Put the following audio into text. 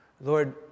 Lord